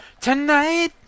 Tonight